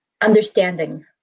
understanding